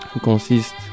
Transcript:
consiste